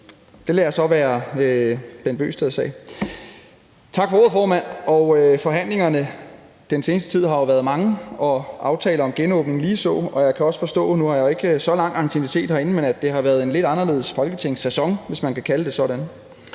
jeg så være Bent Bøgsteds sag. Tak for ordet, formand. Forhandlingerne den seneste tid har jo været mange og aftaler om genåbning ligeså, og jeg kan også forstå – nu har jeg jo ikke så lang anciennitet herinde – at det har været en lidt anderledes folketingssæson, hvis man kan kalde det sådan.